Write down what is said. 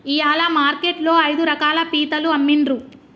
ఇయాల మార్కెట్ లో ఐదు రకాల పీతలు అమ్మిన్రు